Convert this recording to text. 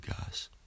guys